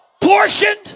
Portioned